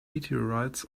meteorites